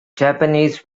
japanese